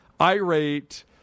irate